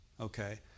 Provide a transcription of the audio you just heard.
okay